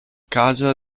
casa